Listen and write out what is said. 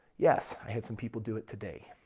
yes. i had some people do it today.